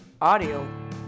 audio